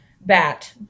Bat